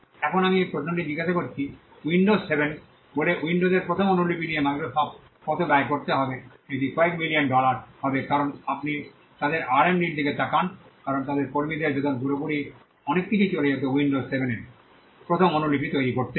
এখন আমি এই প্রশ্নটি জিজ্ঞাসা করেছি উইন্ডোজ 7 বলে উইন্ডোজের প্রথম অনুলিপি নিয়ে মাইক্রোসফ্টের কত ব্যয় করতে হবে এটি কয়েক মিলিয়ন ডলার হবে কারণ আপনি তাদের RD র দিকে তাকান কারণ তাদের কর্মীদের বেতন পুরোপুরি অনেক কিছুই চলে যেত উইন্ডোজ 7 এর প্রথম অনুলিপি তৈরি করতে